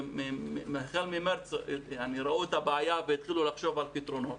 החל ממרץ הם ראו את הבעיה והתחילו לחשוב על פתרונות